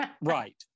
right